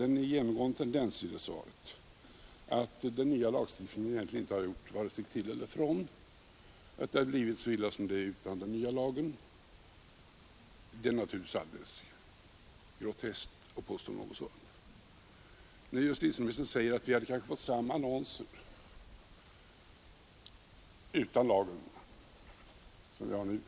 Det är en genomgående tendens i det att den nya lagstiftningen egentligen inte har gjort vare sig till eller från, att det har blivit så illa som det är även utan den nya lagen. Det är alldeles groteskt att påstå något sådant. Justitieministern säger att vi kanske hade fått samma annonser utan lagen som vi har nu.